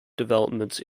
developments